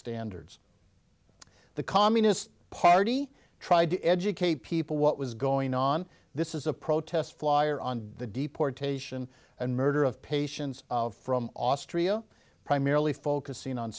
standards the communist party tried to educate people what was going on this is a protest flyer on the deportation and murder of patients from austria primarily focusing on